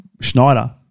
Schneider